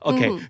Okay